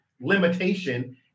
limitation